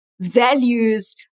values